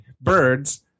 Birds